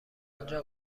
آنجا